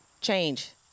Change